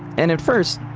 and at first,